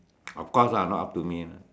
of course lah not up to me